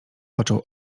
począł